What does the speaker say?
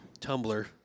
Tumblr